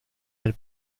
del